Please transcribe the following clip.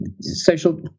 social